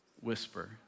whisper